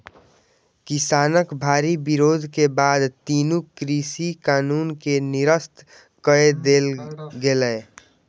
किसानक भारी विरोध के बाद तीनू कृषि कानून कें निरस्त कए देल गेलै